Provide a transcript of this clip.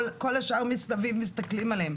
כל השאר מסביב מסתכלים עליהם.